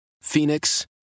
Phoenix